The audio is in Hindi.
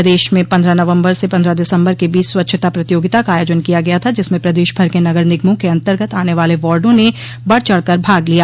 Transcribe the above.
प्रदेश में पन्द्रह नवम्बर से पन्द्रह दिसम्बर के बीच स्वच्छता प्रतियोगिता का आयोजन किया गया था जिसमें प्रदेश भर के नगर निगमों के अन्तर्गत आने वाले वार्डो ने बढ़ चढ़कर भाग लिया